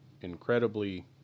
incredibly